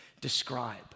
describe